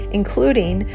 including